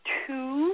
two